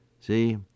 See